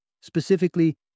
Specifically